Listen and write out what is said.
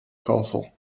castle